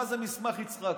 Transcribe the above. מה זה מסמך יצחקי?